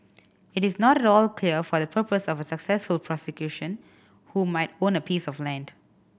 it is not at all clear for the purpose of a successful prosecution who might own a piece of land